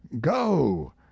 Go